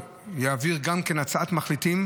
תועבר גם הצעת מחליטים